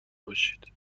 باشید